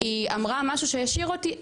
היא אמרה משהו שהשאיר אותי,